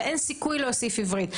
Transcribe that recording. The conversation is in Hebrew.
ואין סיכוי להוסיף רוסית.